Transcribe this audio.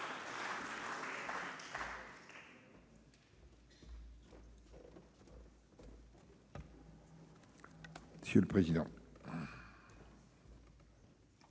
Monsieur le président,